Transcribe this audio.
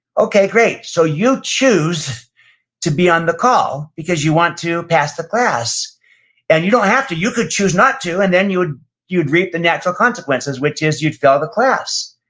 okay, great. so you choose to be on the call because you want to pass the class and you don't have to. you could choose not to, and then you'd you'd reap the natural consequences, which is, you'd fail the class,